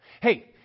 Hey